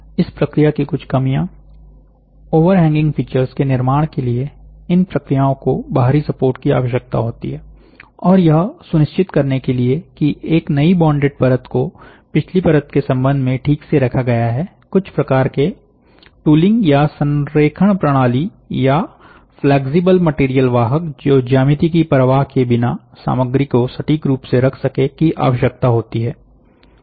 इस प्रक्रिया की कुछ कमियां ओवरहैंगिंग फीचर्स के निर्माण के लिए इन प्रक्रियाओं को बाहरी सपोर्ट की आवश्यकता होती है और यह सुनिश्चित करने के लिए की एक नई बॉन्डेड परत को पिछली परतों के संबंध में ठीक से रखा गया है कुछ प्रकार के टूलिंग या संरेखण प्रणाली या फ्लेक्सिबल मटेरियल वाहक जो ज्यामिति की परवाह किए बिना सामग्री को सटीक रूप से रख सके की आवश्यकता होती है